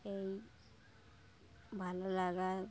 এই ভালো লাগা